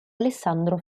alessandro